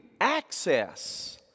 access